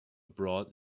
brought